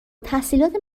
تحصیلات